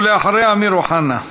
ואחריו, אמיר אוחנה.